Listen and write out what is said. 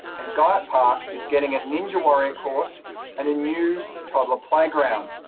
and guyatt park is getting a ninja warrior course and a new toddler playground.